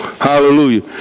Hallelujah